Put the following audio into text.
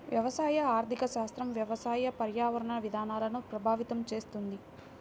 వ్యవసాయ ఆర్థిక శాస్త్రం వ్యవసాయ, పర్యావరణ విధానాలను ప్రభావితం చేస్తుంది